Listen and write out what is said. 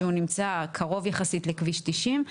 שהוא נמצא קרוב יחסית לכביש 90,